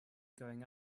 going